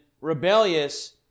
rebellious